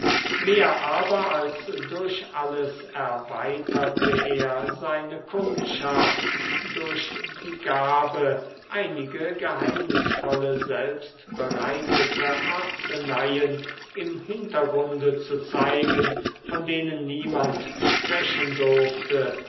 mehr aber als durch alles erweiterte er seine kundschaft durch die gabe einige geheimnisvolle selbstbereitete arzneien im hintergrunde zu zeigen von denen niemand sprechen durfte